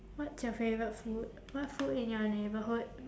what's your favourite food what food in your neighbourhood